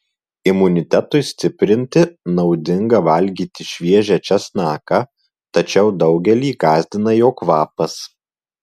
imunitetui stiprinti naudinga valgyti šviežią česnaką tačiau daugelį gąsdina jo kvapas